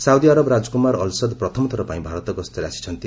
Saudi Arab ରାଜକୁମାର ଅଲ୍ସଦ୍ ପ୍ରଥମଥର ପାଇଁ ଭାରତ ଗସ୍ତରେ ଆସିଛନ୍ତି